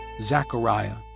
Zechariah